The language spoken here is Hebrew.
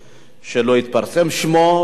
שלא יתפרסם שמו לשווא.